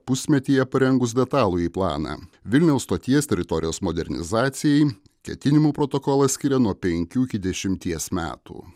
pusmetyje parengus detalųjį planą vilniaus stoties teritorijos modernizacijai ketinimų protokolas skiria nuo penkių iki dešimties metų